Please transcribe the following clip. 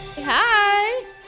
Hi